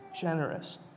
generous